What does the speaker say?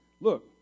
look